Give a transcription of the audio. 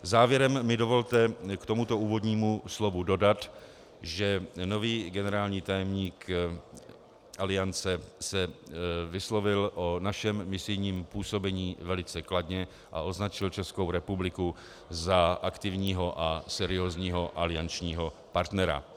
Závěrem mi dovolte k tomuto úvodnímu slovu dodat, že nový generální tajemník Aliance se vyslovil o našem misijním působení velice kladně a označil Českou republiku za aktivního a seriózního aliančního partnera.